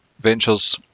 ventures